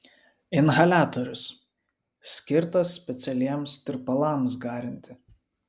inhaliatorius skirtas specialiems tirpalams garinti